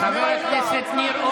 עכשיו יש לך שנה,